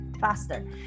faster